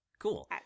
Cool